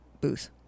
booth